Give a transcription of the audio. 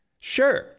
Sure